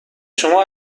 شما